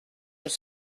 nous